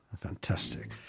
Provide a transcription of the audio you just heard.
Fantastic